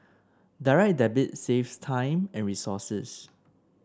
Direct Debit saves time and resources